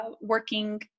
working